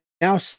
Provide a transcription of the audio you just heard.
now